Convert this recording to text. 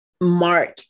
Mark